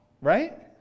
Right